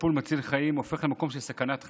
טיפול מציל חיים הופך למקום של סכנת חיים?